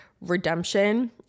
redemption